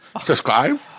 Subscribe